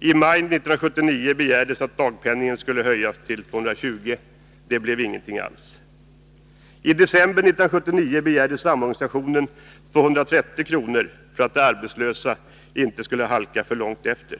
I maj 1979 begärdes att dagpenningen skulle höjas till 220 kr. — det blev ingenting alls. I december 1979 begärde samorganisationen 230 kr. för att de arbetslösa inte skulle halka för långt efter.